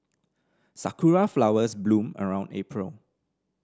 sakura flowers bloom around April